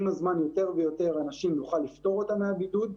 עם הזמן יותר ויותר אנשים נוכל לפטור אותם מהבידוד.